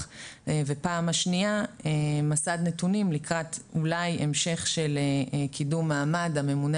ופעם שניה מסד נתונים לקראת אולי המשך של קידום מעמד הממונה